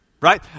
right